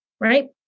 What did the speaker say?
Right